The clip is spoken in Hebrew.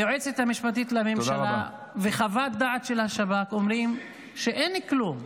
היועצת המשפטית לממשלה וחוות דעת של השב"כ אומרות שאין כלום,